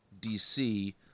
DC